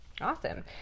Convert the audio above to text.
Awesome